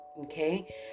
Okay